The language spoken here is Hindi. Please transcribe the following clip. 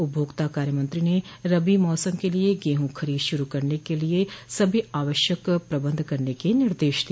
उपभोक्ता कार्यमंत्री ने रबी मौसम के लिए गेहूं खरीद शुरू करने क सभी आवश्यक प्रबंध करने का निर्देश दिया